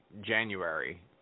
January